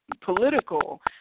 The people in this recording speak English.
political